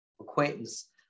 acquaintance